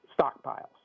stockpiles